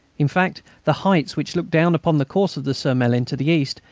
in fact, the heights, which look down upon the course of the surmelin to the east,